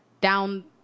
down